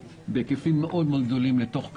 בהיקפים גדולים מאוד אל תוך כללית.